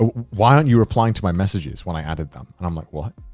ah why aren't you replying to my messages when i added them? and i'm like, what?